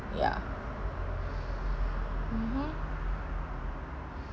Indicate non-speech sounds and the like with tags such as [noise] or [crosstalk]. ya [noise] mmhmm